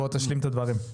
בוא תשלים את הדברים.